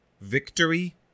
victory